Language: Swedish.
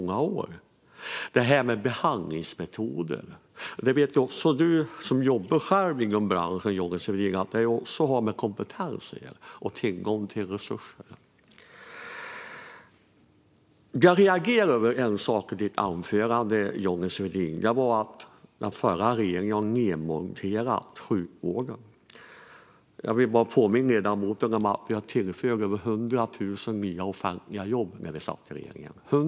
När det gäller detta med behandlingsmetoder vet även du, Johnny Svedin, som själv jobbar inom branschen, att det också har med kompetens och tillgång till resurser att göra. Jag reagerar över en sak i ditt anförande, Johnny Svedin, nämligen att den förra regeringen skulle ha nedmonterat sjukvården. Jag vill bara påminna ledamoten om att vi tillförde över 100 000 nya offentliga jobb när vi satt i regeringen.